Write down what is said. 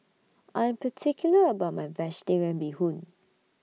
I'm particular about My Vegetarian Bee Hoon